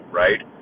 right